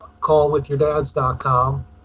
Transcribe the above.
callwithyourdads.com